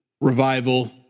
revival